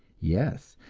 yes,